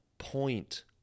point